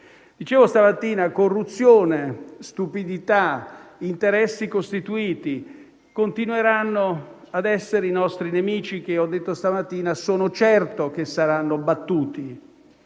Dicevo stamattina che corruzione, stupidità, interessi costituiti continueranno a essere i nostri nemici e ribadisco che sono certo che saranno battuti